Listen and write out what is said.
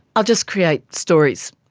i'll just create stories.